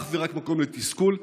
אך ורק מקום לתסכול,